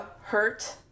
hurt